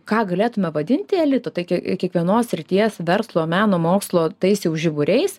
ką galėtume vadinti elitu taigi kiekvienos srities verslo meno mokslo tais jau žiburiais